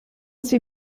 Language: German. sie